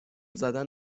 زدن